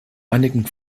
einigen